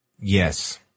Yes